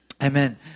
Amen